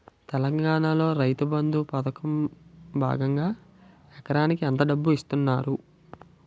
తెలంగాణలో రైతుబంధు పథకం భాగంగా ఎకరానికి ఎంత డబ్బు ఇస్తున్నారు?